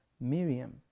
Miriam